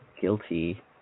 Guilty